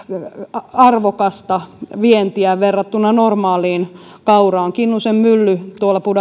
arvokasta vientiä verrattuna normaaliin kauraan kinnusen mylly